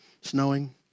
snowing